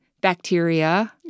bacteria